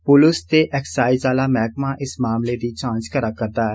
पुलस ते एक्साईज आहला मैहकमा इस मामले दी जांच करा करदा ऐ